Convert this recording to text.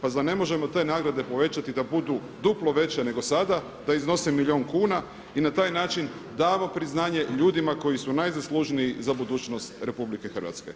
Pa zar ne možemo te nagrade povećati da budu duplo veće nego sada da iznose milijun kuna i na taj način damo priznanje ljudima koji su najzaslužniji za budućnost RH.